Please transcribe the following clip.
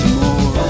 more